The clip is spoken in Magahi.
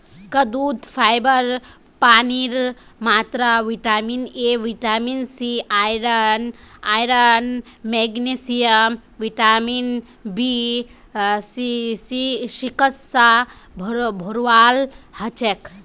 कद्दूत फाइबर पानीर मात्रा vitamin A vitamin C iron magnesium vitamin B six स भोराल हछेक